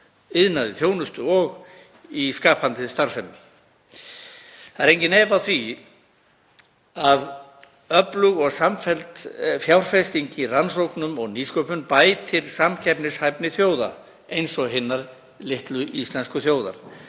iðnaði, þjónustu og í skapandi starfsemi. Það er enginn efi á því að öflug og samfelld fjárfesting í rannsóknum og nýsköpun bætir samkeppnishæfni þjóða eins og hinnar litlu íslensku þjóðar